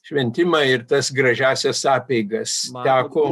šventimą ir tas gražiąsias apeigas teko